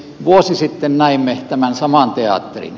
vuosi sitten näimme tämän saman teatterin